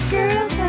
Girl